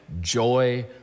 joy